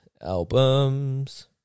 albums